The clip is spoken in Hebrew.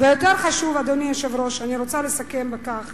יותר חשוב, אדוני היושב-ראש, אני רוצה לסכם בכך